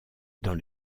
dans